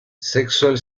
sexual